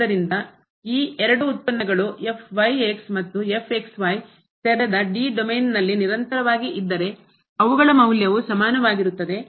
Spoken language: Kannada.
ಆದ್ದರಿಂದ ಈ ಎರಡು ಉತ್ಪನ್ನಗಳು ಮತ್ತು ತೆರೆದ D ಡೊಮೇನ್ನಲ್ಲಿ ನಿರಂತರವಾಗಿ ಇದ್ದರೆ ಅವುಗಳ ಮೌಲ್ಯವು ಸಮಾನವಾಗಿರುತ್ತದೆ